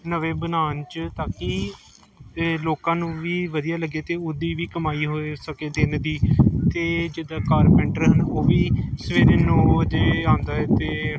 ਨਵੇਂ ਬਣਾਉਣ 'ਚ ਤਾਂ ਕਿ ਇਹ ਲੋਕਾਂ ਨੂੰ ਵੀ ਵਧੀਆ ਲੱਗੇ ਅਤੇ ਉਹਦੀ ਵੀ ਕਮਾਈ ਹੋ ਸਕੇ ਦਿਨ ਦੀ ਅਤੇ ਜਿੱਦਾਂ ਕਾਰਪੈਂਟਰ ਹਨ ਉਹ ਵੀ ਸਵੇਰੇ ਨੌ ਵਜੇ ਆਉਂਦਾ ਅਤੇ